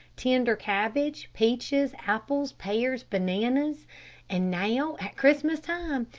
tender cabbage, peaches, apples, pears, bananas and now at christmas time,